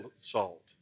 salt